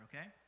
okay